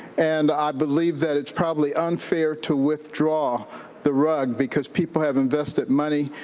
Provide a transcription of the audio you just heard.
and i believe that it's probably unfair to withdraw the rug because people have invested money.